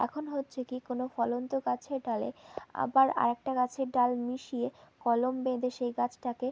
এখন হচ্ছে কী কোনো ফলন্ত গাছের ডালে আবার আরাকটা গাছের ডাল মিশিয়ে কলম বেঁদে সেই গাছটাকে